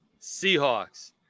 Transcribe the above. Seahawks